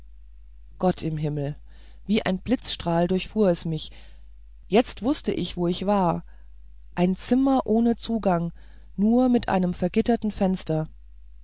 gott im himmel wie ein blitzstrahl durchfuhr es mich jetzt wußte ich wo ich war ein zimmer ohne zugang nur mit einem vergitterten fenster